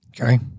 Okay